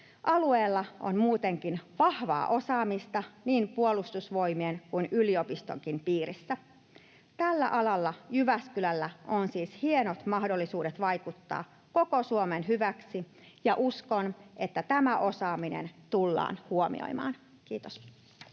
Alueella on muutenkin vahvaa osaamista niin Puolustusvoimien kuin yliopistonkin piirissä. Tällä alalla Jyväskylällä on siis hienot mahdollisuudet vaikuttaa koko Suomen hyväksi, ja uskon, että tämä osaaminen tullaan huomioimaan. — Kiitos.